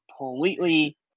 completely